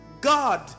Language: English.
God